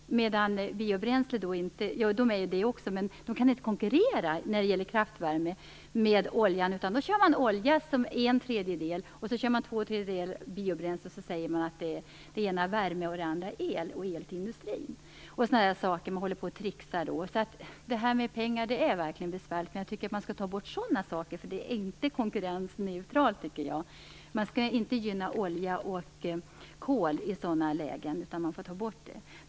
Biobränslen är också det, men de kan inte konkurrera med oljan när det gäller kraftvärme. Då kör man en tredjedel olja och två tredjedelar biobränsle och säger att det ena är värme och det andra är el till industrin. Man håller på och tricksar. Detta med pengar är verkligen besvärligt, men jag tycker att man skall ta bort sådana saker. Jag tycker inte att det är konkurrensneutralt. Man skall inte gynna olja och kol i sådana lägen.